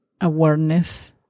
awareness